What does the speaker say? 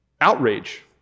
outrage